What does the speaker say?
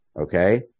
Okay